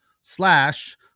slash